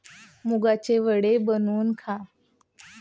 मुगाचे वडे बनवून खा